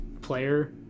player